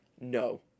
No